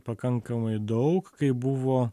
pakankamai daug kai buvo